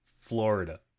Florida